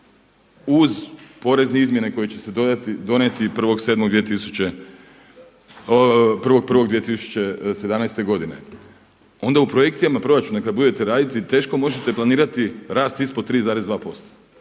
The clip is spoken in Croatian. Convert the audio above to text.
uz porezne izmjene koje će se donijeti 1.1.2017. godine onda u projekcijama proračuna kad budete radili teško možete planirati rast ispod 3,2%.